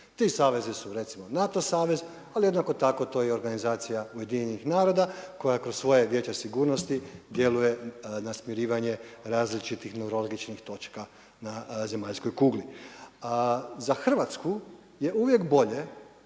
Ti savezi su recimo NATO savez, ali jednako tako to je i organizacija UN-a koja kroz svoja Vijeće sigurnosti djeluje na smirivanje različitih …/Govornik se ne razumije./… točka na zemaljskoj kugli. Za Hrvatsku je uvijek bolje